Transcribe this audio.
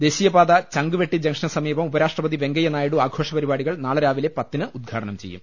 ദ്ദേശീപാത ചങ്കുവെട്ടി ജംഗ്ഷന് സമീപം ഉപരാഷ്ട്രപതി വെങ്കയ്യ നായിഡു ആഘോഷ പരിപാടികൾ നാളെ രാവിലെ പത്തിന് ഉദ്ഘാടനം ചെയ്യും